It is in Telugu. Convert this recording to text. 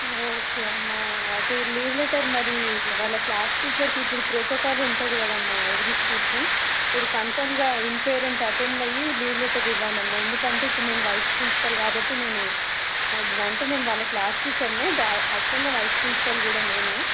ఓకే అమ్మ అది లీవ్ లెటర్ మరి వాళ్ళ క్లాస్ టీచర్కి ఇప్పుడు ప్రోటోకాల్ ఉంటుంది కదమ్మ ఎవ్రీ స్కూల్కి మీరు కన్ఫామ్గా ఇన్ పేరెంట్ అటెండ్ అయ్యి లీవ్ లెటర్ ఇవ్వాలి అమ్మ ఎందుకంటే ఇప్పుడు నేను వైస్ ప్రిన్సిపల్ కాబట్టి నేను అంటే నేను వాళ్ళ క్లాస్ టీచర్నే దా అలానే వైస్ ప్రిన్సిపాల్ కూడా నేనే